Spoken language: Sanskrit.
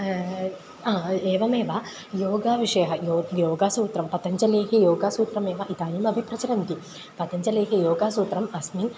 एवमेव योगविषयः यो योगसूत्रं पतञ्जलीः योगसूत्रमेव इदानीमपि प्रचलन्ति पतञ्जलेः योगसूत्रम् अस्मिन्